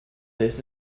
this